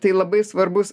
tai labai svarbus